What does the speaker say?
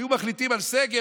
היו מחליטים על סגר,